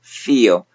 feel